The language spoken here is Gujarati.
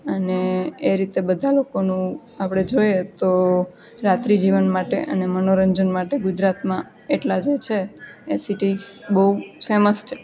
અને એ રીતે બધા લોકોનું આપણે જોઈએ તો રાત્રિ જીવન માટે અને મનોરંજન માટે ગુજરાતમાં એટલા જે છે એ સિટીસ બહુ ફેમસ છે